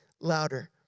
louder